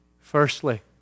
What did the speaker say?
Firstly